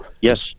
yes